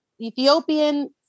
Ethiopian